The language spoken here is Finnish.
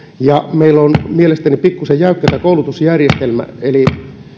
meillä on mielestäni pikkuisen jäykkä tämä koulutusjärjestelmä